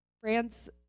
France